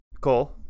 cole